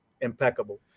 impeccable